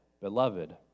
beloved